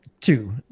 two